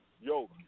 yo